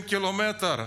20 ק"מ,